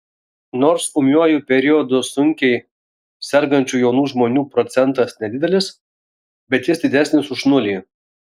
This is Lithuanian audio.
nors ūmiuoju periodu sunkiai sergančių jaunų žmonių procentas nedidelis bet jis didesnis už nulį